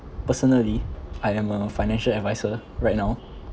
personally I am a financial adviser right now